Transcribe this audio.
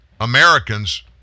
Americans